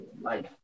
life